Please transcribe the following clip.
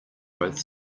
both